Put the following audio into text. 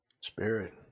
spirit